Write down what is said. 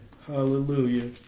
hallelujah